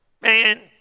man